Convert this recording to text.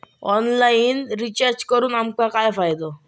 Online recharge करून आमका काय फायदो?